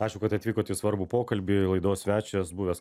ačiū kad atvykot į svarbų pokalbį laidos svečias buvęs